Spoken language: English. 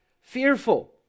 fearful